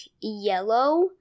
yellow